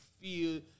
feel